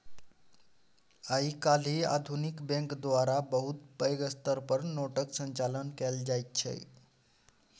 आइ काल्हि आधुनिक बैंक द्वारा बहुत पैघ स्तर पर नोटक संचालन कएल जाइत छै